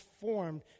formed